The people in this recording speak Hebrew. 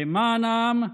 למען העם,